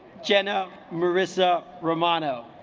jenna marissa romano